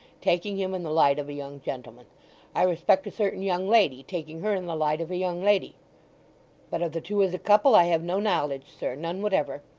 taking him in the light of a young gentleman i respect a certain young lady, taking her in the light of a young lady but of the two as a couple, i have no knowledge, sir, none whatever.